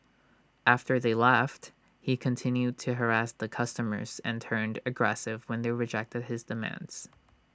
after they left he continued to harass the customers and turned aggressive when they rejected his demands